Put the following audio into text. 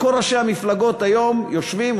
כל ראשי המפלגות היום יושבים,